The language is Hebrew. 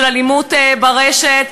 של אלימות ברשת,